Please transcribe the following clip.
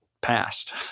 passed